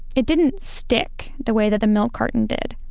it didn't stick the way that the milk carton did.